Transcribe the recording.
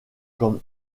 comme